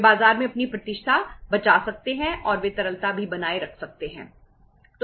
वे बाजार में अपनी प्रतिष्ठा बचा सकते हैं और वे तरलता भी बनाए रख सकते हैं